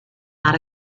not